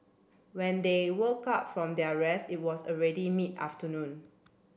when they woke up from their rest it was already mid afternoon